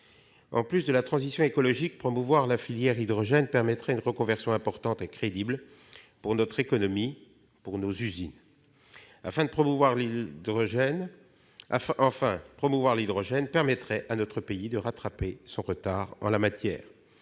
Outre la transition écologique, promouvoir la filière hydrogène offrirait une possibilité de reconversion importante et crédible à notre économie et à nos usines. Promouvoir l'hydrogène permettrait à notre pays de rattraper son retard en la matière.